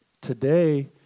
today